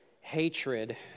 hatred